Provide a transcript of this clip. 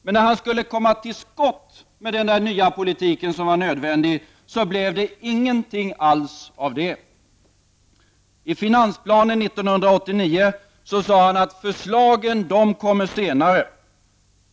Men när han skulle komma till skott med den nya politik som var nödvändig blev det ingenting alls av det. I finansplanen 1989 sade finansministern att förslagen kommer senare.